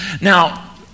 Now